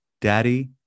Daddy